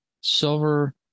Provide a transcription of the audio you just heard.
silver